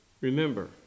Remember